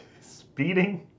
speeding